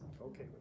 Okay